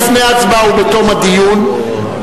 לפני ההצבעה ובתום הדיון,